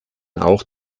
auch